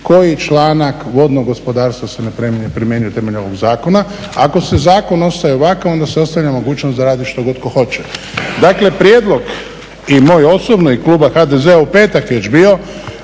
koji članak vodnog gospodarstva se primjenjuju temeljem ovog zakona. Ako zakon ostaje ovakav onda se ostavlja mogućnost da radi što god tko hoće. Dakle, prijedlog i moj osobno i Kluba HDZ-a u petak je već